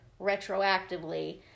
retroactively